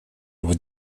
его